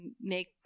make